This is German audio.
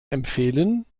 empfehlen